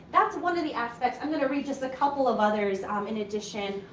that's one of the aspects. i'm gonna read just a couple of others um in addition.